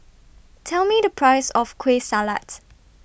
Tell Me The Price of Kueh Salat